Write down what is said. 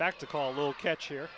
back to call a little catch here